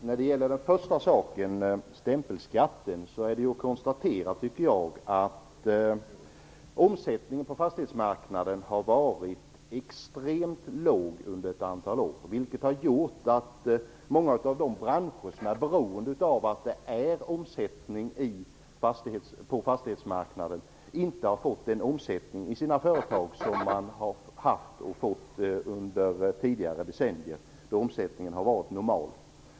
Fru talman! När det gäller stämpelskatten är det konstaterat att omsättningen på fastighetsmarknaden har varit extremt låg under ett antal år, vilket har gjort att många av de branscher som är beroende av att det är omsättning på fastighetsmarknaden inte har fått den omsättning i sina företag som de har haft under tidigare decennier när omsättningen har varit normal.